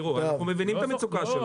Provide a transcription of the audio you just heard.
אנחנו מבינים את המצוקה שלהם.